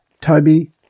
toby